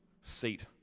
seat